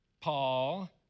Paul